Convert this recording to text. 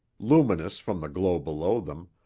luminous from the glow below them,